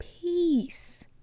peace